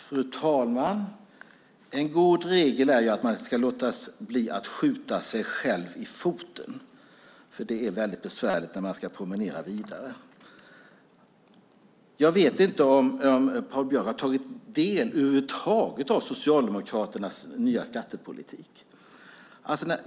Fru talman! En god regel är att man ska låta bli att skjuta sig själv i foten, för det är väldigt besvärligt när man ska promenera vidare. Jag vet inte om Patrik Björck över huvud taget har tagit del av Socialdemokraternas nya skattepolitik.